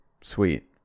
Sweet